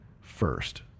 first